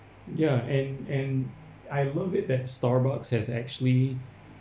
ya and and I love it that Starbucks has actually